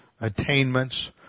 attainments